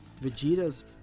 Vegeta's